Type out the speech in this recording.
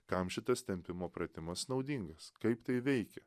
kam šitas tempimo pratimas naudingas kaip tai veikia